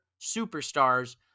superstars